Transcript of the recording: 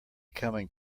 coming